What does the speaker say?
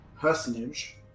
personage